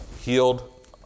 healed